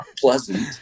pleasant